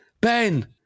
Ben